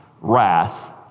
wrath